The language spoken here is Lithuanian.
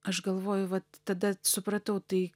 aš galvoju vat tada supratau tai